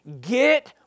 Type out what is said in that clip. get